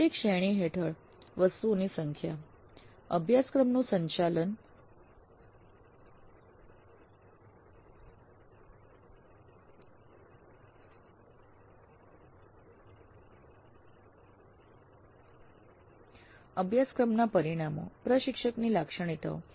પ્રત્યેક શ્રેણી હેઠળ વસ્તુઓની સંખ્યા અભ્યાસક્રમનું સંચાલન અભ્યાસક્રમના પરિણામો પ્રશિક્ષકની લાક્ષણિકતાઓ